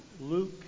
Luke